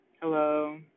Hello